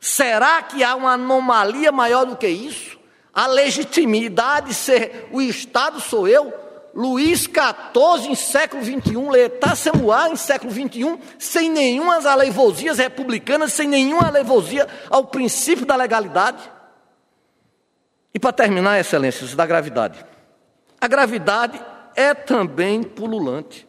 Será que há uma anomalia maior do que isso? A legitimidade de ser o Estado sou eu? Luiz XIV em século 21, Letácia Moá em século 21, sem nenhuma das alevosias republicanas, sem nenhuma alevosia ao princípio da legalidade? E, para terminar, Excelências, da gravidade. A gravidade é também pululante.